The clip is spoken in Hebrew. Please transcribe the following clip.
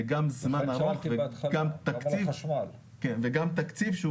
זה גם זמן ארוך וגם תקציב --- לכן שאלתי בהתחלה גם על החשמל.